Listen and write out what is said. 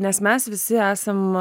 nes mes visi esam